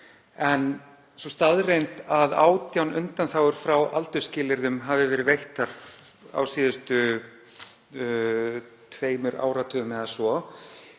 Sú staðreynd að 18 undanþágur frá aldursskilyrðum hafi verið veittar á síðustu tveimur áratugum eða svo